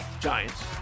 Giants